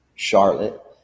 Charlotte